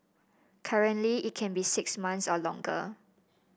currently it can be six months or longer